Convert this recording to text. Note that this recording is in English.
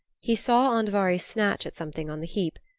he saw andvari snatch at something on the heap,